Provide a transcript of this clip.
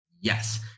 Yes